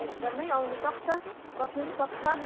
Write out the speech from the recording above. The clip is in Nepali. एकदमै आउनु सक्छ बस्नु पनि सक्छ